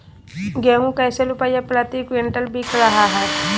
गेंहू कैसे रुपए प्रति क्विंटल बिक रहा है?